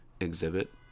exhibit